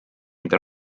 mida